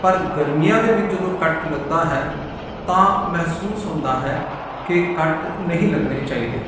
ਪਰ ਗਰਮੀਆਂ ਦੇ ਵਿੱਚ ਜਦੋਂ ਕੱਟ ਲੱਗਦਾ ਹੈ ਤਾਂ ਮਹਿਸੂਸ ਹੁੰਦਾ ਹੈ ਕਿ ਕੱਟ ਨਹੀਂ ਲੱਗਣੇ ਚਾਹੀਦੇ